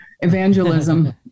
evangelism